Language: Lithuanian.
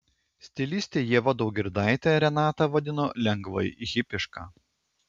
stilistė ieva daugirdaitė renatą vadino lengvai hipiška